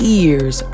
ears